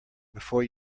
before